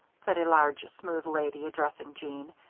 said the large, smooth lady, addressing jeanne,